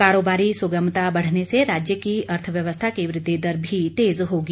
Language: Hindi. कारोबारी सुगमता बढ़ने से राज्य की अर्थव्यवस्था की वृद्धि दर भी तेज होगी